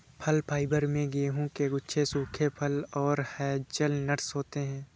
फल फाइबर में गेहूं के गुच्छे सूखे फल और हेज़लनट्स होते हैं